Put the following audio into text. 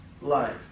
life